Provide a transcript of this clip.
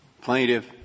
Plaintiff